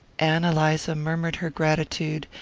ann eliza murmured her gratitude,